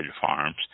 farms